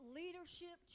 leadership